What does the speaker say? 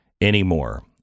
anymore